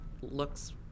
looks